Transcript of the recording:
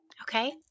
Okay